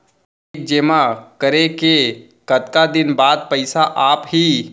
Cheque जेमा करे के कतका दिन बाद पइसा आप ही?